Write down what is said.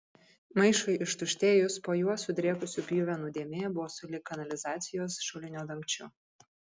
maišui ištuštėjus po juo sudrėkusių pjuvenų dėmė buvo sulig kanalizacijos šulinio dangčiu